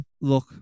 Look